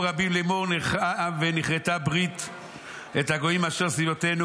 רבים לאמור נלכה ונכרתה ברית את הגויים אשר סביבותינו